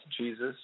Jesus